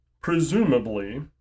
Presumably